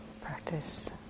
practice